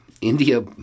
India